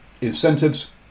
incentives